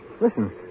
Listen